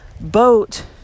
boat